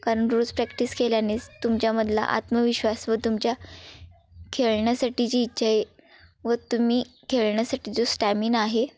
कारण रोज प्रॅक्टिस केल्यानेच तुमच्यामधला आत्मविश्वास व तुमच्या खेळण्यासाठी जी इच्छा आहे व तुम्ही खेळण्यासाठी जो स्टॅमिना आहे